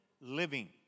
living